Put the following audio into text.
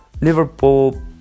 Liverpool